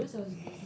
so annoyed